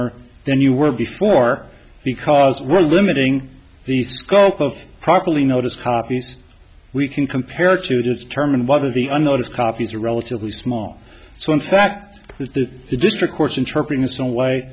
ner then you were before because we're limiting the scope of properly notice copies we can compare to determine whether the unnoticed copies are relatively small so in fact the district courts in